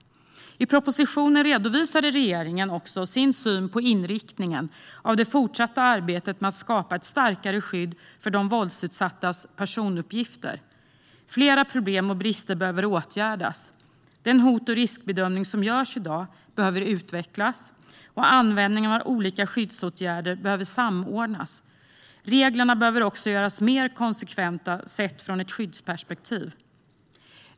I propositionen redovisade regeringen också sin syn på inriktningen av det fortsatta arbetet med att skapa ett starkare skydd för de våldsutsattas personuppgifter. Flera problem och brister behöver åtgärdas. Den hot och riskbedömning som görs i dag behöver utvecklas, och användningen av olika skyddsåtgärder behöver samordnas. Reglerna behöver också göras mer konsekventa sett ur ett skyddsperspektiv.